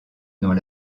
dans